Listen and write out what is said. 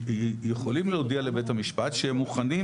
יכולים להודיע לבית המשפט שהם מוכנים,